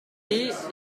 est